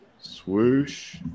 Swoosh